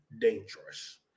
dangerous